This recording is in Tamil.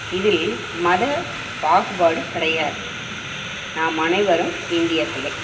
இதில் மத பாகுபாடு கிடையாது நாம் அனைவரும் இந்தியர்கள்